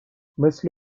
مثل